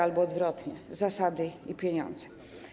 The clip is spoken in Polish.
Albo odwrotnie - zasady i pieniądze.